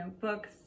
books